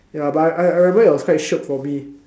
ya but I I remember it was quite shiok for me